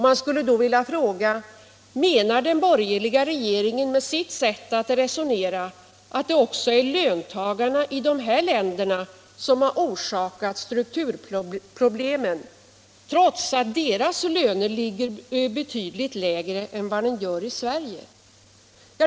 Man skulle då vilja fråga: Menar den borgerliga regeringen med sitt sätt att resonera att det också i dessa länder är löntagarna som orsakat strukturproblemen, fast deras löner där ligger betydligt lägre än i Sverige?